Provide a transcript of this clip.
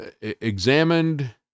examined